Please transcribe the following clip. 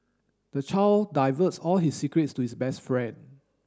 the child divulged all his secrets to his best friend